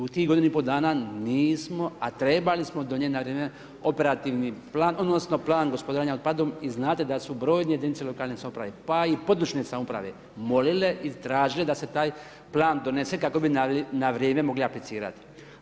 U tih godinu i pol dana nismo, a trebali smo donijeti na vrijeme, operativni plan odnosno Plan gospodarenja otpadom i znate su brojne jedinice lokalne samouprave, pa i područne samouprave molile i tražile da se taj Plan donese kako bi na vrijeme mogli aplicirati.